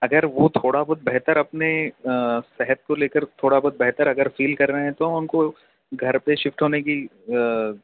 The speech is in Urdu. اگر وہ تھوڑا بہت بہتر اپنی صحت کو لے کر تھوڑا بہت بہتر اگر فیل کر رہے ہیں تو ان کو گھر پہ شفٹ ہونے کی